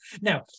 Now